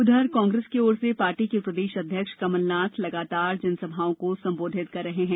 उधर कांग्रेस की ओर से पार्टी के प्रदेश अध्यक्ष कमल नाथ लगातार जनसभाओं को संबोधित कर रहे हैं